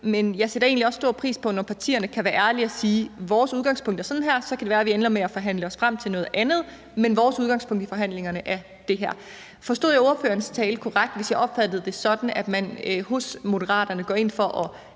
Men jeg sætter egentlig også stor pris på, når partierne kan være ærlige og sige: Vores udgangspunkt er sådan her, og så kan det være, at vi ender med at forhandle os frem til noget andet, men vores udgangspunkt i forhandlingerne er det her. Forstod jeg ordførerens tale korrekt, hvis jeg opfattede det sådan, at man hos Moderaterne går ind for at